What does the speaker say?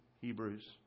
Hebrews